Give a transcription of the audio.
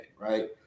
right